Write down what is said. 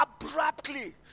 abruptly